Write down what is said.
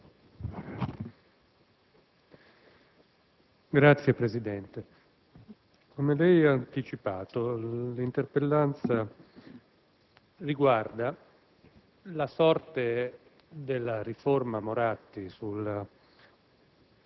Signor Presidente, come da lei anticipato, l'interpellanza riguarda la sorte della riforma Moratti sulla